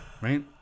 right